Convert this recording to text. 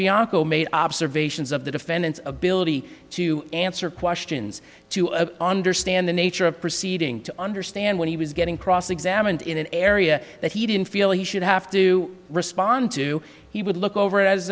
bianco made observations of the defendant's ability to answer questions to a understand the nature of proceeding to understand what he was getting cross examined in an area that he didn't feel we should have to respond to he would look over as